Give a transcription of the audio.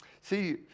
See